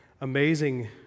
amazing